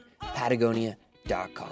Patagonia.com